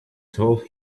told